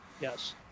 yes